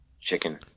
chicken